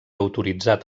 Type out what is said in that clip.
autoritzat